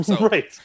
right